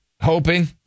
hoping